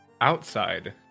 outside